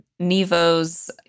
nevo's